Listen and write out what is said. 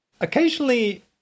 Occasionally